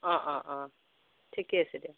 অঁ অঁ অঁ ঠিকে আছে দিয়ক